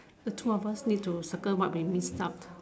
the two of us need to circle what we miss out